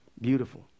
Beautiful